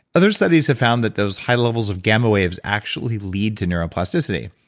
other studies have found that those high levels of gamma waves actually lead to neuroplasticity.